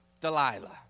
Delilah